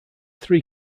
three